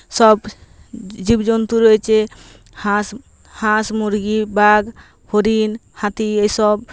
সব জীবজন্তু রয়েছে হাঁস হাঁস মুরগি বাঘ হরিণ হাতি এই সব